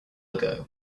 ago